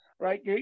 Right